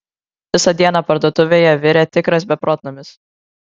visą dieną parduotuvėje virė tikras beprotnamis